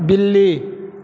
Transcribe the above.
बिल्ली